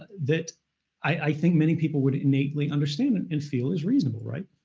that i think many people would innately understand and and feel is reasonable, right?